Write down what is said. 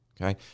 okay